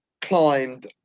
climbed